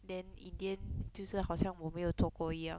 then in the end 就是好像我没有做过一样